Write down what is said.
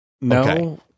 No